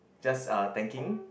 just uh thanking